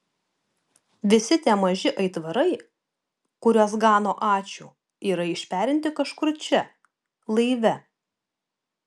visi tie maži aitvarai kuriuos gano ačiū yra išperinti kažkur čia laive